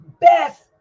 best